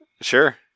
sure